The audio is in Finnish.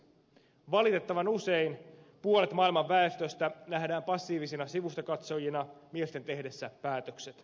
valitettavan usein puolet maailman väestöstä nähdään passiivisina sivustakatsojina miesten tehdessä päätökset